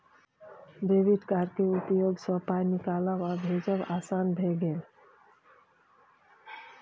debit card केर उपयोगसँ पाय निकालब आ भेजब आसान भए गेल